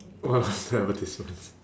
one of the advertisements